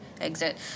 exit